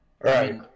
Right